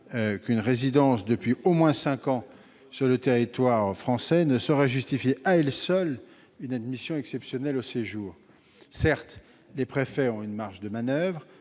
qu'une résidence depuis au moins cinq ans sur le territoire français ne saurait justifier à elle seule une admission exceptionnelle au séjour. Certes, les préfets ont une marge de manoeuvre,